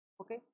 okay